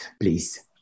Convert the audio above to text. please